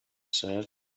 said